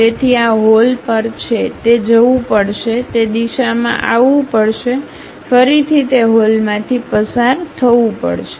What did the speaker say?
તેથી આ હોલ પર છે તે જવું પડશે તે દિશામાં આવવું પડશે ફરીથી તે હોલમાંથી પસાર થવું પડશે